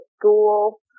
school